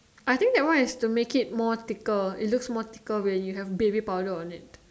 I think that one is the make it more thicker it looks more thicker when you have baby powder on it